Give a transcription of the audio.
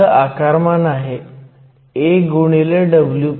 इथ आकारमान आहे A x Wp